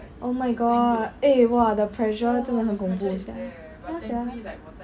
oh my god eh !wah! the pressure 真的很恐怖 sia ya sia